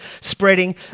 spreading